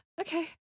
Okay